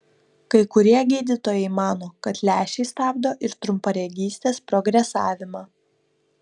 kai kurie gydytojai mano kad lęšiai stabdo ir trumparegystės progresavimą